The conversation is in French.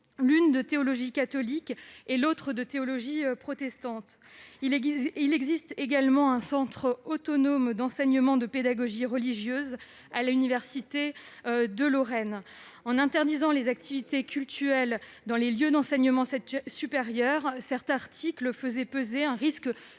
l'une de théologie catholique et l'autre de théologie protestante. Il existe également un centre autonome d'enseignement de pédagogie religieuse à l'université de Lorraine. En interdisant les activités cultuelles dans les lieux d'enseignement supérieur, cet article faisait peser un risque